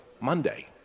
Monday